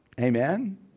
Amen